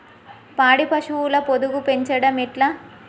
పాడి పశువుల పొదుగు పెంచడం ఎట్లా?